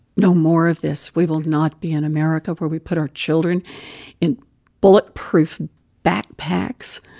no more of this. we will not be an america where we put our children in bullet-proof backpacks.